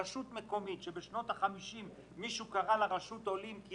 רשות מקומית שבשנות ה-50 מישהו קרא לה רשות עולים כי